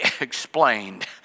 explained